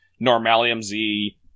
Normalium-Z